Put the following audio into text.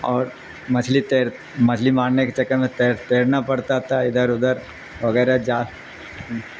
اور مچھلی تیر مچھلی مارنے کے چکے میں تیر تیرنا پڑتا تھا ادھر ادھر وغیرہ ج